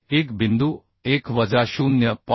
1 बिंदू 1 वजा 0